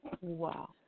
Wow